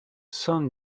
san